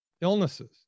illnesses